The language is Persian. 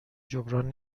جبران